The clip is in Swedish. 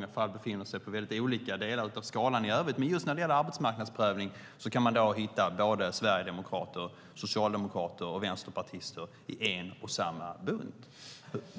partier befinner sig på väldigt olika delar av skalan i övrigt, men när det gäller arbetsmarknadsprövning kan man alltså hitta både sverigedemokrater, socialdemokrater och vänsterpartister i en och samma bunt.